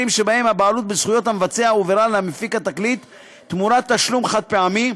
שבהם הבעלות בזכויות המבצע הועברה למפיק התקליט תמורת תשלום חד-פעמי,